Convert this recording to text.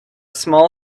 small